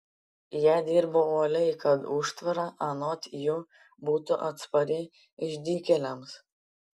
jie dirbo uoliai kad užtvara anot jų būtų atspari išdykėliams